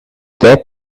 that